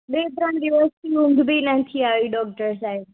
બે ત્રણ દિવસથી ઊંઘ બી નથી આવી ડૉક્ટર સાહેબ